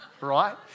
Right